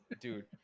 dude